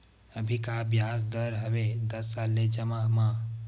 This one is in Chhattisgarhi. अभी का ब्याज दर हवे दस साल ले जमा मा?